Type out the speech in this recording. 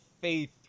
faith